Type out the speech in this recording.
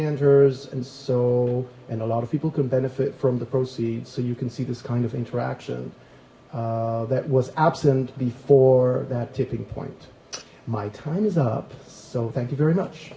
enters and so and a lot of people can benefit from the proceeds so you can see this kind of interaction that was absent before that tipping point my time is up so thank you very much